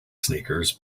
sneakers